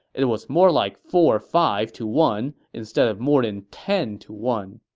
it was more like four or five to one instead of more than ten to one